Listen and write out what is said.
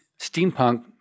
steampunk